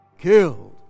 killed